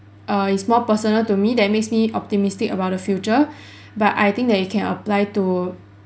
err is more personal to me that makes me optimistic about the future but I think that it can apply to